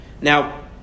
Now